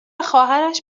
خواهرش